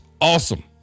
awesome